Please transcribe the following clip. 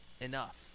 enough